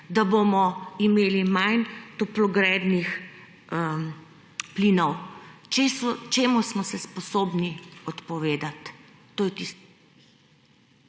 da bomo imeli manj toplogrednih plinov. Čemu smo se sposobni odpovedati? To je tisto